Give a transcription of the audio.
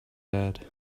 had